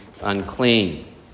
unclean